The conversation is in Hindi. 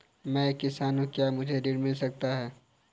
मैं एक किसान हूँ क्या मुझे ऋण मिल सकता है?